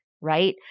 right